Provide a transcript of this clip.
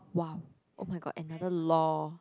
!wow! oh-my-god another law